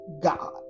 God